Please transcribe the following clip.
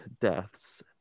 deaths